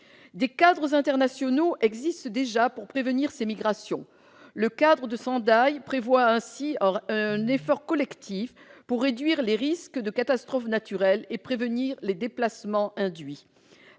Des cadres internationaux existent déjà pour prévenir ces migrations. Le cadre de Sendai prévoit ainsi un effort collectif pour réduire les risques de catastrophes naturelles et prévenir les déplacements induits.